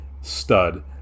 stud